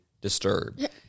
disturbed